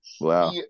Wow